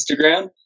Instagram